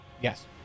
Yes